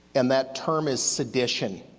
and that term is sedition.